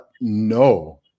no